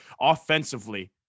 offensively